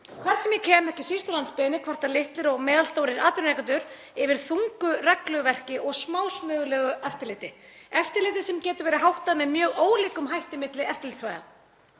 Hvert sem ég kem, ekki síst á landsbyggðinni, kvarta litlir og meðalstórir atvinnurekendur yfir þungu regluverki og smásmugulegu eftirliti, eftirliti sem getur verið háttað með mjög ólíkum hætti milli eftirlitssvæða.